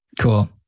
Cool